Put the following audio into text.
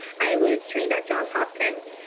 i was trained at johns hopkins.